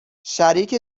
شریک